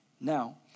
Now